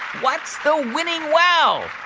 what's the winning wow?